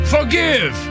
Forgive